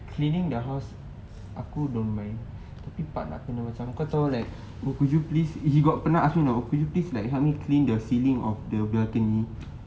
cleaning the house aku don't mind tapi part nak kena macam kau [tau] like could you please if he pernah asked me you know could you please help me clean the ceiling of the balcony